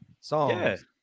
songs